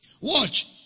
Watch